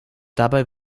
dabei